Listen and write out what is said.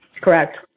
Correct